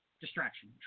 Distraction